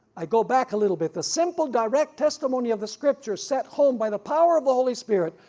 i go back a little bit. the simple, direct testimony of the scripture, set home by the power of the holy spirit,